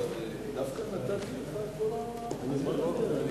ההצעה להעביר את הנושא לוועדה שתקבע ועדת הכנסת נתקבלה.